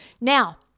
Now